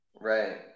Right